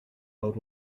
old